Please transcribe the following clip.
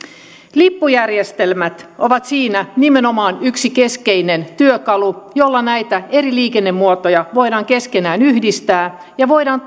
lippujärjestelmät ovat siinä nimenomaan yksi keskeinen työkalu jolla näitä eri liikennemuotoja voidaan keskenään yhdistää ja voidaan